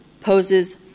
poses